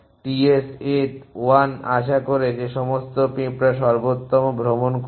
TS এ 1 আশা করে যে সমস্ত পিঁপড়া সর্বোত্তম ভ্রমণ করবে